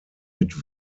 mit